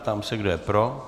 Ptám se, kdo je pro.